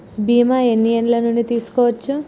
బీమా ఎన్ని ఏండ్ల నుండి తీసుకోవచ్చు?